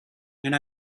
and